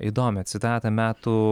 įdomią citatą metų